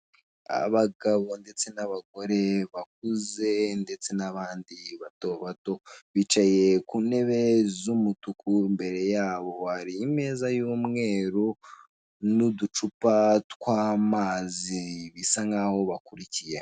Abagabo ndetse n'abagore bakuze ndetse n'abandi bato bato bicaye ku ntebe z'umutuku, imbere yabo hari imeza y'umweru n'uducupa tw'amazi bisa nkaho bakurikiye